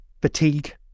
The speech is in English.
fatigue